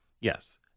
Yes